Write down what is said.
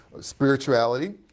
spirituality